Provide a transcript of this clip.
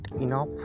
enough